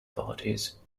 parties